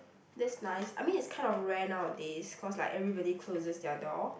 that's nice I mean it's kind of rare nowadays cause like everybody closes their door